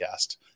podcast